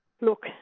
Look